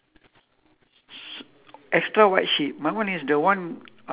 two white sheep two like a bit dark